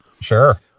Sure